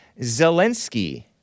Zelensky